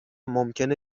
ممکنه